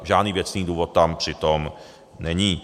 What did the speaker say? Žádný věcný důvod tam přitom není.